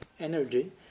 energy